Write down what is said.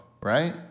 Right